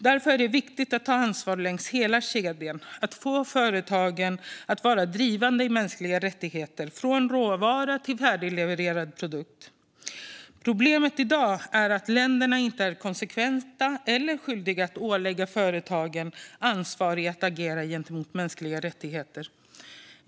Därför är det viktigt att ta ansvar längs hela kedjan, att få företagen att vara drivande i mänskliga rättigheter, från råvara till färdigleverad produkt. Problemet i dag är att länderna inte är konsekventa eller skyldiga att ålägga företagen ett ansvar för att agera vad gäller mänskliga rättigheter.